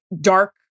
dark